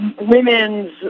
Women's